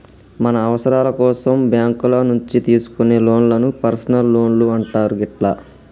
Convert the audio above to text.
మన అవసరాల కోసం బ్యేంకుల నుంచి తీసుకునే లోన్లను పర్సనల్ లోన్లు అంటారు గిట్లా